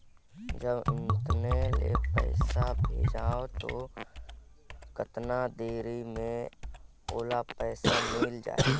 जब इत्ते ले पइसा भेजवं तो कतना देरी मे ओला पइसा मिल जाही?